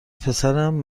پسرم